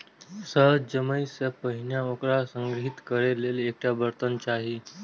शहद जमै सं पहिने ओकरा संग्रहीत करै लेल एकटा बर्तन चाही